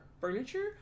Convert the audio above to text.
furniture